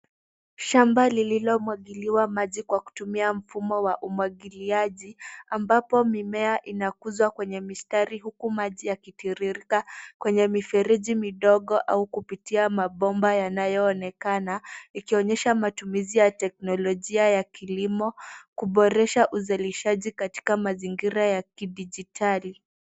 Shamba lililomwagiliwa maji kutumia mfumo wa umwagiliaji ambapo mimea inakuzwa kwenye mistari huku maji yakitiririka kwenye mifereji midogo au kupitia mabomba yanayoonekana ikionyesha matumizi ya teknolojia ya kilimo kuboresha uzalishaji katika mazingira ya kidijitali.